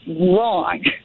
wrong